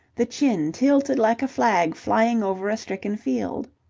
the chin tilted like a flag flying over a stricken field.